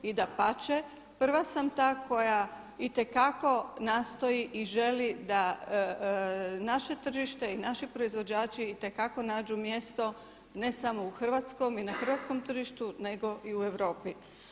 I dapače, prva sam ta koja itekako nastoji i želi da naše tržište i naši proizvođači itekako nađu mjesto ne samo u hrvatskom i na hrvatskom tržištu nego i u Europi.